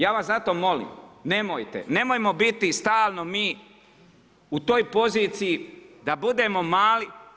Ja vas zato molim nemojte, nemojmo biti stalno mi u toj poziciji da budemo mali.